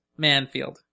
Manfield